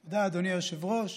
תודה, אדוני היושב-ראש.